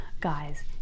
Guys